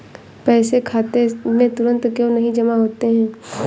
पैसे खाते में तुरंत क्यो नहीं जमा होते हैं?